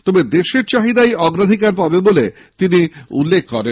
তবে দেশের চাহিদাই অগ্রাধিকার পাবে বলে তিনি উল্লেখ করেন